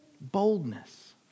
Boldness